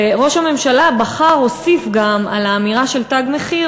ראש הממשלה הוסיף גם על האמירה של "תג מחיר"